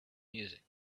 music